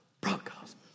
Broncos